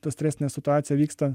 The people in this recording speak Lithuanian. ta stresinė situacija vyksta